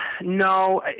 No